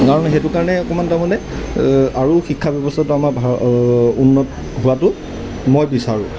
কাৰণ সেইটো কাৰণে অকণমান তাৰমানে আৰু শিক্ষা ব্যৱস্থাটো আমাৰ ভা উন্নত হোৱাটো মই বিচাৰোঁ